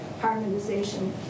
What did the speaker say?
harmonization